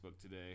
today